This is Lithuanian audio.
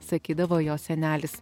sakydavo jo senelis